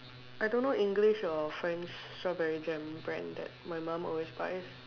I don't know English or French strawberry jam brand that my mum always buys